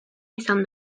izan